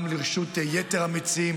גם לרשות יתר המציעים,